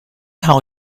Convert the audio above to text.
how